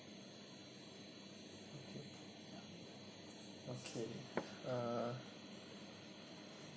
okay okay uh